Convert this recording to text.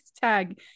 tag